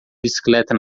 bicicleta